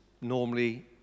normally